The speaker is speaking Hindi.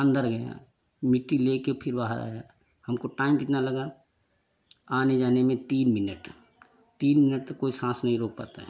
अंदर गया मिट्टी लेकर फिर बाहर आया हम को टाइम कितना लगा आने जाने में तीन मिनट तीन मिनट तक कोई सांस नहीं रोक पाता है